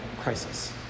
crisis